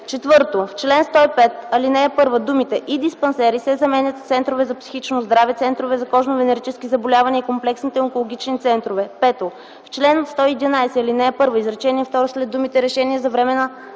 4 и 5. 4. В чл. 105, ал. 1 думите „и диспансери” се заменят с „центрове за психично здраве, центрове за кожно-венерически заболявания и комплексните онкологични центрове”. 5. В чл. 111, ал. 1, изречение второ след думите „решения за временна